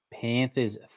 Panthers